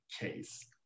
case